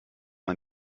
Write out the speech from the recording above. man